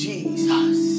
Jesus